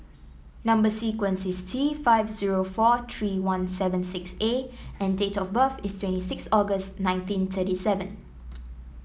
number sequence is T five zero four three one seven six A and date of birth is twenty six August nineteen thirty seven